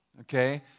okay